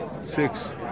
Six